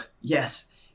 yes